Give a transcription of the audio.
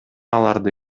аларды